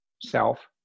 self